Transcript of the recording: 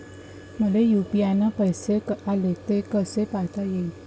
मले यू.पी.आय न पैसे आले, ते कसे पायता येईन?